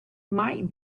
might